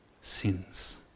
sins